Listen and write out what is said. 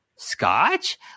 scotch